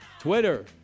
Twitter